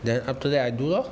then after that I do lor